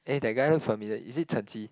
eh that guy looks familiar is it Chen-Ji